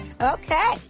Okay